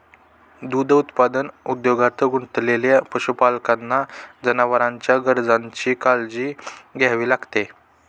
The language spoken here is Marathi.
दूध उत्पादन उद्योगात गुंतलेल्या पशुपालकांना जनावरांच्या गरजांची काळजी घ्यावी लागते